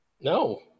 No